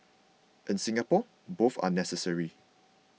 in Singapore both are necessary